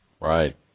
Right